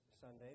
Sunday